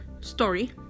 story